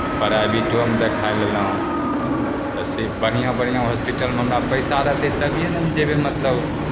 प्राइभेटोमे देखाए लेलहुँ तऽ से बढ़िआँ बढ़िआँ हॉस्पीटलमे हमरा पैसा रहतै तभिए ने हम जयबै मतलब